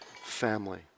family